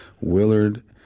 Willard